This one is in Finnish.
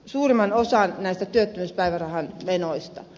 suurimman osan näistä työttömyyspäivärahan menoista